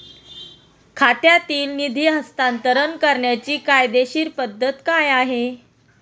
खात्यातील निधी हस्तांतर करण्याची कायदेशीर पद्धत काय आहे?